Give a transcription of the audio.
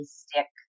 stick